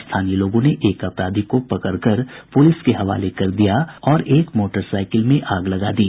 स्थानीय लोगों ने एक अपराधी को पकड़कर पुलिस के हवाले कर दिया और एक मोटरसाईकिल में आग लगा दी